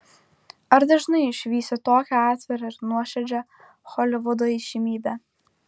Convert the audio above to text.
ar dažnai išvysi tokią atvirą ir nuoširdžią holivudo įžymybę